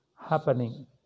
happening